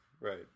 Right